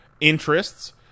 interests